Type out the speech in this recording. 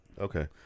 Okay